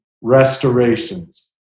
restorations